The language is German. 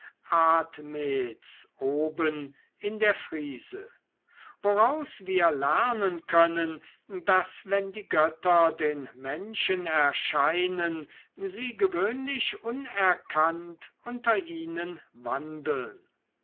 oben in der friese woraus wir lernen können daß wenn die götter den menschen erscheinen sie gewöhnlich unerkannt unter ihnen wandeln